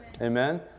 Amen